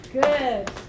Good